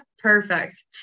Perfect